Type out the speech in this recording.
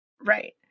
Right